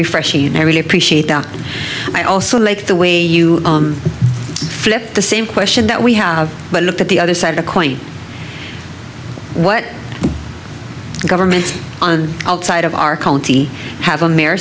refreshing i really appreciate out i also like the way you flip the same question that we have but look at the other side of a coin what governments on outside of our county have a m